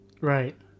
Right